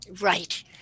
Right